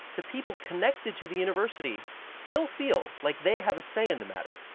the people connected to the university still feel like they have a say in the matter